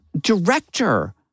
director